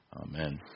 Amen